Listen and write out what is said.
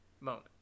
moment